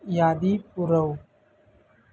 यादी पुरव